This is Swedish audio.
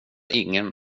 ingen